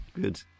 Good